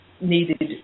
needed